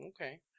Okay